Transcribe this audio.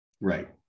Right